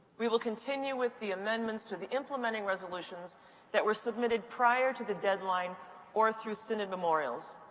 we will continue with the amendments to the implementing resolutions that were submitted prior to the deadline or through synod memorials.